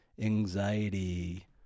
Anxiety